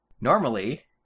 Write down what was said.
Normally